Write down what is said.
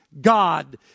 God